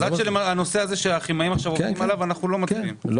אז עד שהנושא הזה לא יהיה סגור אנחנו לא מצביעים,